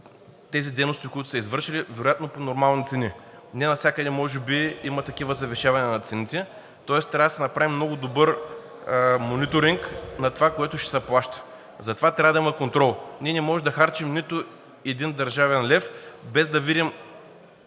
тези дейности, които са извършили, вероятно по нормални цени. Не навсякъде може би има такива завишавания на цените, тоест трябва да се направи много добър мониторинг на това, което ще се плаща. Затова трябва да има контрол. Ние не можем да харчим нито един държавен лев, без да видим